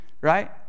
right